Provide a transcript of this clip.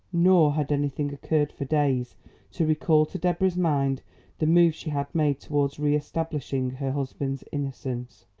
nor had anything occurred for days to recall to deborah's mind the move she had made towards re-establishing her husband's innocence.